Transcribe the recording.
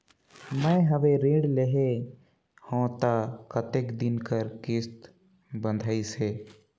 मैं हवे ऋण लेहे हों त कतेक दिन कर किस्त बंधाइस हे?